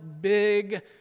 big